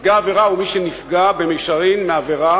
נפגע עבירה הוא מי שנפגע במישרין מעבירה